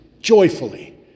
joyfully